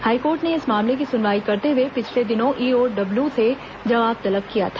high court ने इस मामले की सुनवाई करते हुए पिछले दिनों ईओडब्ल्यू से जवाब तलब किया था